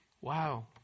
Wow